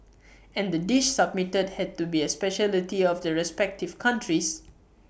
and the dish submitted had to be A speciality of the respective countries